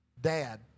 Dad